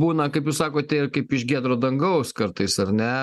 būna kaip jūs sakote ir kaip iš giedro dangaus kartais ar ne